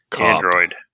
Android